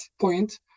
point